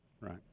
Right